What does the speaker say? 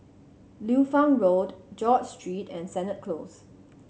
Liu Fang Road George Street and Sennett Close